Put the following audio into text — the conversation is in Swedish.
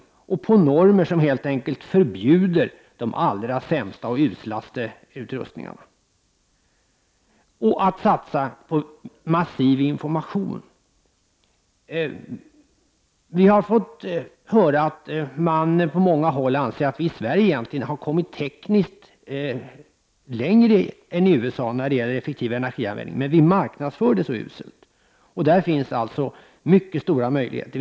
Man kan införa normer som helt enkelt förbjuder de allra sämsta och mest usla utrustningarna. Vi bör också satsa på massiv information. Från många håll har det sagts att vi i Sverige har kommit tekniskt längre än USA när det gäller effektiv energianvändning, men vi marknadsför våra framsteg väldigt uselt. Där finns alltså mycket stora möjligheter.